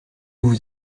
vous